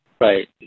Right